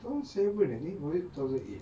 seven I think or two thousand eight